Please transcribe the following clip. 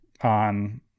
on